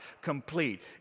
complete